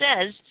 says